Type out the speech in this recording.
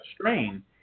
strain